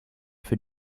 für